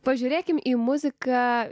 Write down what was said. pažiūrėkime į muziką